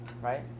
right